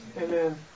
Amen